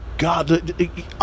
God